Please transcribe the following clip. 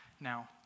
now